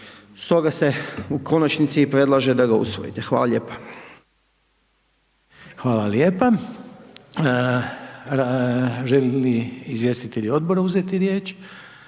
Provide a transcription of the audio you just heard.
stoga se u konačnici i predlaže da ga usvojite. Hvala lijepa. **Reiner, Željko (HDZ)** Hvala lijepa. Želi li izvjestitelji Odbora uzeti riječ?